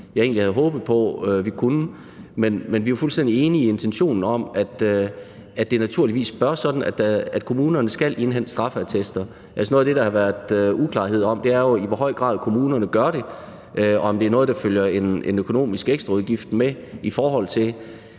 havde håbet på at vi kunne. Men vi er fuldstændig enige i intentionen om, at det naturligvis bør være sådan, at kommunerne skal indhente straffeattester. Noget af det, der har været uklarhed om, er jo, i hvor høj grad kommunerne gør det, og om det er noget, hvor der følger en økonomisk ekstraudgift med. Min opfattelse